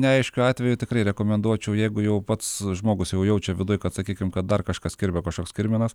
neaiškiu atveju tikrai rekomenduočiau jeigu jau pats žmogus jau jaučia viduj kad sakykim kad dar kažkas kirba kažkoks kirminas